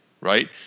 Right